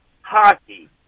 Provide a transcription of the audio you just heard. hockey